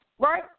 Right